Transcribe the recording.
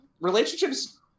relationships